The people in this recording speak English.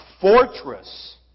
fortress